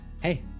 hey